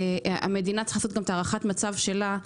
המדינה צריכה לעשות את הערכת המצב שלה.